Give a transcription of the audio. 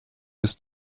this